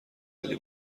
ولی